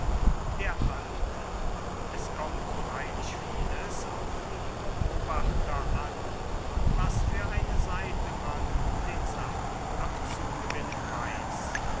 der alte es kommt freilich vieles auf die beobachter an und was für eine seite man den sachen abzugewinnen weiß